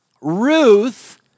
Ruth